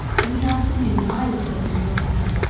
in the afternoon i was put into the cab.